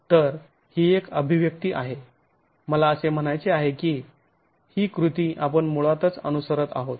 तर ही एक अभिव्यक्ती आहे मला असे म्हणायचे आहे की ही कृती आपण मुळातच अनुसरत आहोत